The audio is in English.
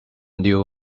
knew